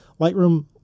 Lightroom